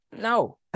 no